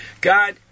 God